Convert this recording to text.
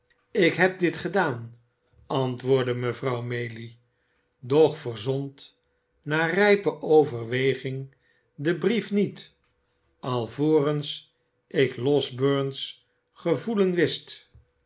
ik heb dit gedaan antwoordde mevrouw maylie doch verzond na rijpe overweging den brief niet alvorens ik losberne's gevoelen